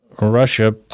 Russia